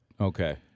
Okay